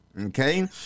Okay